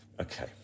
Okay